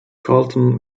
carleton